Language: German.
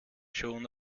schon